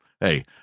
Hey